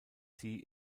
sie